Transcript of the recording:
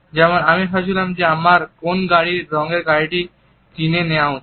যেমন আমি ভাবছিলাম আমার কোন রঙের গাড়িটি কিনে নেওয়া উচিত